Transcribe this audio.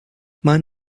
maen